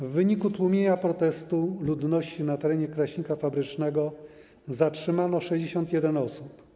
W wyniku tłumienia protestu ludności na terenie Kraśnika Fabrycznego zatrzymano 61 osób.